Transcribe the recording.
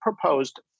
proposed